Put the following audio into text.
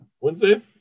wednesday